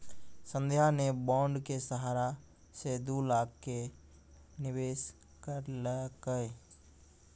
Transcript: संध्या ने बॉण्ड के सहारा से दू लाख के निवेश करलकै